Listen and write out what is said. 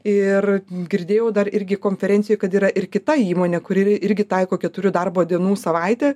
ir girdėjau dar irgi konferencijoj kad yra ir kita įmonė kuri irgi taiko keturių darbo dienų savaitę